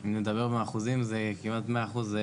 אם נדבר באחוזים זה כמעט מאה אחוז,